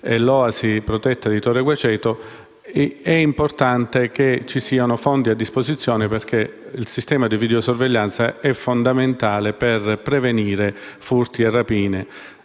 marina protetta di Torre Guaceto) è importante che ci siano fondi a disposizione, perché il sistema di videosorveglianza è fondamentale per prevenire furti e rapine.